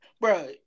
bro